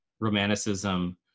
romanticism